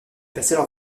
passaient